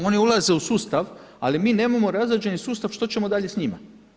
Oni ulaze u sustav, ali mi nemamo razrađeni sustav što ćemo dalje s njima.